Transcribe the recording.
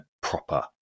proper